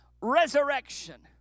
resurrection